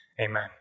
amen